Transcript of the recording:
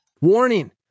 Warning